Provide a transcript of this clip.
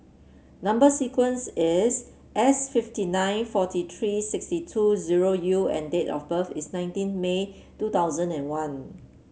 number sequence is S fifty nine forty three sixty two zero U and date of birth is nineteen May two thousand and one